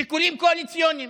שיקולים קואליציוניים.